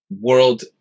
world